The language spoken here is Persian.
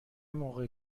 موقع